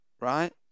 right